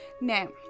Now